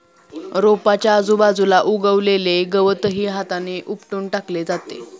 रोपाच्या आजूबाजूला उगवलेले गवतही हाताने उपटून टाकले जाते